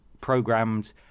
programmed